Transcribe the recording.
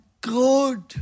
good